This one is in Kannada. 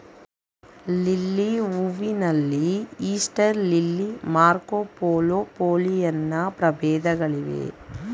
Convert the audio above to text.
ಲಿಲ್ಲಿ ಹೂವಿನಲ್ಲಿ ಈಸ್ಟರ್ ಲಿಲ್ಲಿ, ಮಾರ್ಕೊಪೋಲೊ, ಪೋಲಿಯಾನ್ನ ಪ್ರಭೇದಗಳಿವೆ